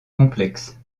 complexe